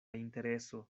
intereso